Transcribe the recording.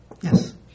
Yes